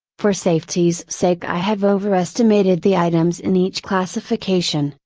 for safety's sake i have over estimated the items in each classification,